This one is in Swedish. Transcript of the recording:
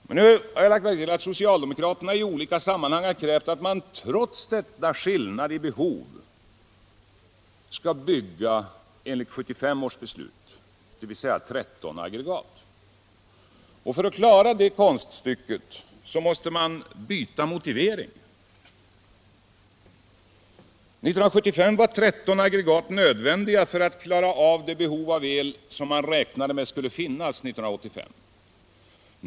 Men socialdemokraterna har, trots detta klart minskade behov, i olika sammanhang krävt att man skall bygga enligt 1975 års beslut, dvs. 13 aggregat. För att klara det konststycket måste man byta motivering. 1975 var 13 aggregat nödvändiga för att klara av det behov av el som man räknade med skulle finnas 1985.